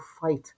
fight